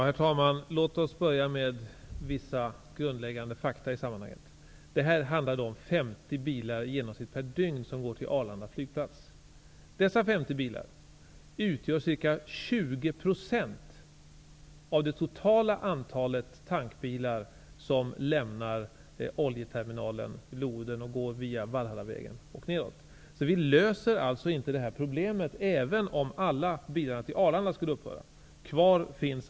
Herr talman! Låt oss börja med vissa grundläggande fakta i sammanhanget. Det handlar om i genomsnitt 50 bilar per dygn som går till Arlanda flygplats. Dessa 50 bilar utgör ca 20 % av det totala antalet tankbilar som lämnar oljeterminalen vid Loudden och går via Valhallavägen och vidare. Vi löser alltså inte problemet, även om alla bilarna till Arlanda skulle upphöra att gå den vägen.